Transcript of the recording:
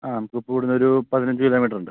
ആ നമുക്കിപ്പോൾ ഇവിടുന്നൊരു പതിനഞ്ചുകിലോമീറ്ററുണ്ട്